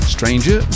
Stranger